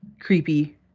creepy